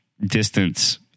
distance